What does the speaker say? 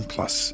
Plus